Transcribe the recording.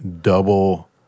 Double